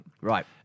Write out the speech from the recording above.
Right